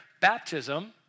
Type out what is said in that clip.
baptism